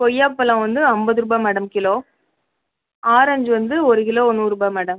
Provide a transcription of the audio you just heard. கொய்யாப்பழம் வந்து ஐம்பது ரூபாய் மேடம் கிலோ ஆரஞ்ச் வந்து ஒரு கிலோ நூறுபா மேடம்